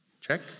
Check